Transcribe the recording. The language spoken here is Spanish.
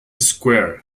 square